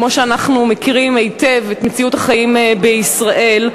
כמו שאנחנו מכירים היטב את מציאות החיים בישראל,